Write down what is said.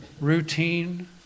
routine